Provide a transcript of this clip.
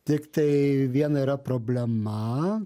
tiktai viena yra problema